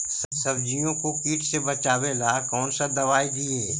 सब्जियों को किट से बचाबेला कौन सा दबाई दीए?